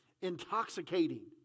intoxicating